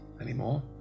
anymore